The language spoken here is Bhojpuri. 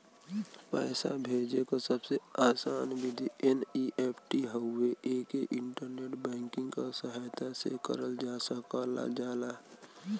पैसा भेजे क सबसे आसान विधि एन.ई.एफ.टी हउवे एके इंटरनेट बैंकिंग क सहायता से करल जा सकल जाला